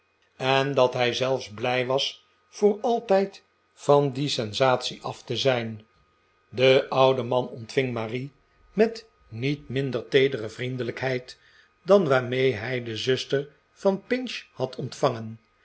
en dat hij zelfs blij was voor altijd van die sensatie af te zijn de oude man ontving marie met niet minder teedere vriendelijkheid dan waarmee hij de zuster van pinch had ontvangen